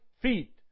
feet